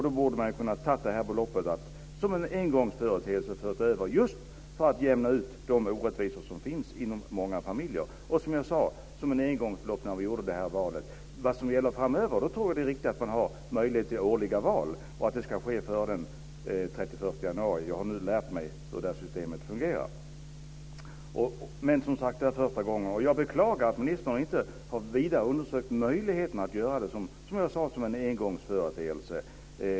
Då borde man ha kunnat föra över detta belopp som en engångsföreteelse när man gjorde detta val just för att jämna ut de orättvisor som finns inom många familjer. Framöver tror jag att det är viktigt att man har möjlighet att göra årliga val, och det ska ske före den 31 januari. Jag har nu lärt mig hur systemet fungerar. Det här är som sagt första gången. Jag beklagar att ministern inte vidare har undersökt möjligheterna att göra det som en engångsföreteelse.